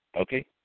Okay